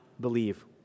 believe